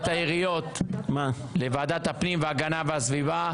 העיריות לוועדת הפנים והגנת הסביבה?